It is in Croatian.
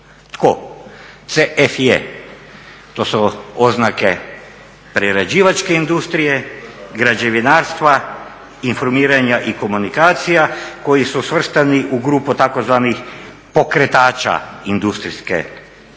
Tko? CFJ. To su oznake prerađivačke industrije, građevinarstva, informiranja i komunikacija koji su svrstani u grupu tzv. pokretača industrije u